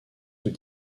sous